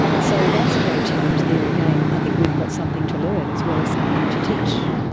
so that's a great challenge there again. i think we've got something to learn as well as something to teach.